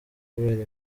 kubera